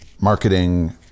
marketing